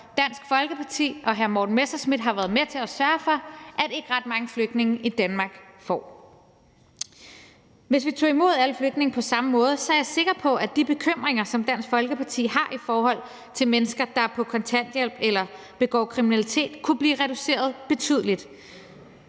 Dansk Folkeparti og hr. Morten Messerschmidt har været med til at sørge for at ikke ret mange flygtninge i Danmark får. Hvis vi tog imod alle flygtninge på samme måde, er jeg sikker på, at de bekymringer, som Dansk Folkeparti har i forhold til mennesker, der er på kontanthjælp eller begår kriminalitet, kunne blive reduceret betydeligt.